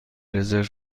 رزرو